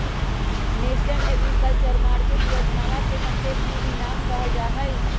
national agriculture market योजनवा के संक्षेप में ई नाम कहल जाहई